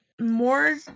more